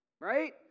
right